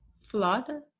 flood